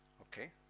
Okay